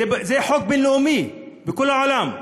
זה חוק בין-לאומי בכל העולם,